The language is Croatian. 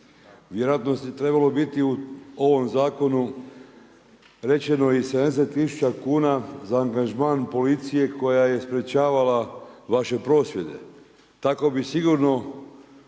Vjerojatno je trebalo biti u ovom zakonu rečeno i 70 tisuća kuna za angažman policija koja je sprječavala vaše prosvjede, tako bi sigurno